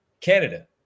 Canada